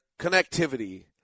connectivity